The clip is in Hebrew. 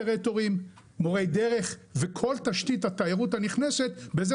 מורי דרך וכל תשתית התיירות הנכנסת בזה